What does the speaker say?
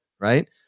right